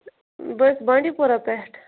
بہٕ حظ بانڈی پورا پٮ۪ٹھ